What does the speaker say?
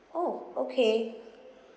oh okay